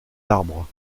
arbres